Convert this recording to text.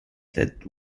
that